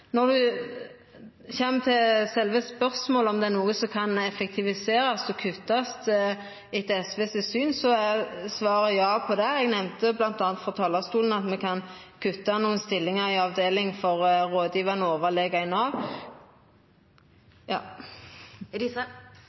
Når det kjem til sjølve spørsmålet, om det etter SVs syn er noko som kan effektiviserast og kuttast, er svaret ja på det. Eg nemnde bl.a. frå talarstolen at me kan kutta nokre stillingar i avdeling for